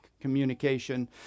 communication